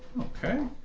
Okay